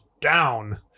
down